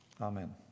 Amen